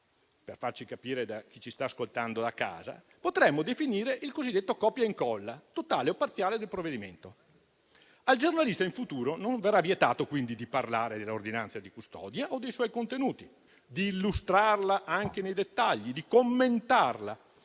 per farci capire da chi ci sta ascoltando da casa - potremmo definire il cosiddetto copia e incolla totale o parziale del provvedimento. Pertanto, in futuro al giornalista non verrà vietato di parlare dell'ordinanza di custodia o dei suoi contenuti, di illustrarla anche nei dettagli, di commentarla,